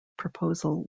proposal